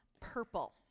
purple